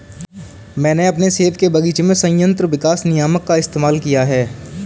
मैंने अपने सेब के बगीचे में संयंत्र विकास नियामक का इस्तेमाल किया है